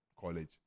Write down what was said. college